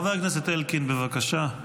חבר הכנסת אלקין, בבקשה.